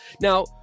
Now